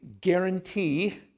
guarantee